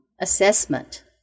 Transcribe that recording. assessment